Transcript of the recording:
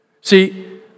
See